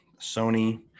Sony